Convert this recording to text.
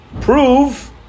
Prove